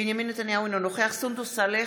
בנימין נתניהו, אינו נוכח סונדוס סאלח,